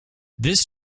this